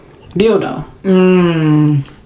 dildo